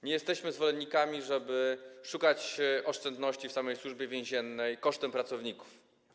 Nie jesteśmy zwolennikami szukania oszczędności w samej Służbie Więziennej kosztem pracowników.